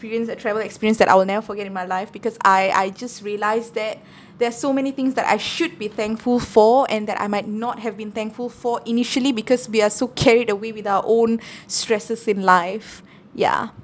experience a travel experience that I will never forget in my life because I I just realised that there are so many things that I should be thankful for and that I might not have been thankful for initially because we are so carried away with our own stresses in life ya